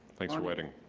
thanks for waiting.